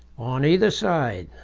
on either side,